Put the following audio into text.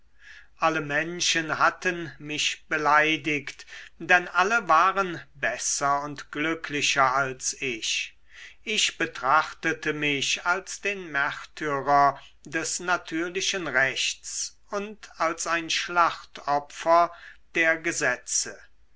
alle menschen hatten mich beleidigt denn alle waren besser und glücklicher als ich ich betrachtete mich als den märtyrer des natürlichen rechts und als ein schlachtopfer der gesetze